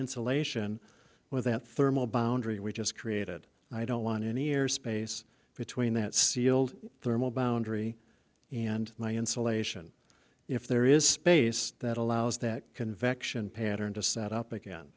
insulation with that thermal boundary we just created i don't want any air space between that sealed thermal boundary and my insulation if there is space that allows that convection pattern to set up again